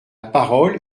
parole